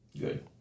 Good